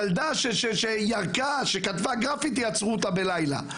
ילדה שירקה, שכתבה גרפיטי, עצרו אותה בלילה.